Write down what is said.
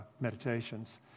meditations